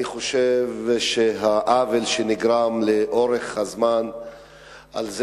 אני חושב שהעוול שנגרם לאורך זמן מכך